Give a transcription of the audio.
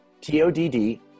T-O-D-D